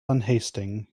unhasting